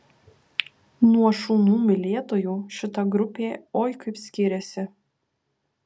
nuo šunų mylėtojų šita grupė oi kaip skiriasi